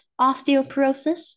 osteoporosis